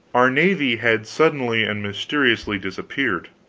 our navy had suddenly and mysteriously disappeared!